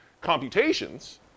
computations